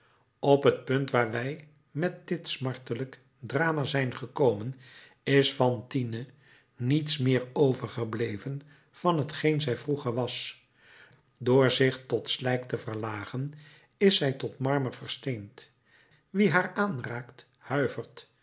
op het punt waar wij met dit smartelijk drama zijn gekomen is fantine niets meer overgebleven van t geen zij vroeger was door zich tot slijk te verlagen is zij tot marmer versteend wie haar aanraakt huivert